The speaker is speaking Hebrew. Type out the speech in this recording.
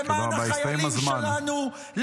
למען החיילים שלנו.